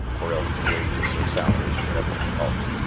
or else the wages or salaries or whatever one calls them,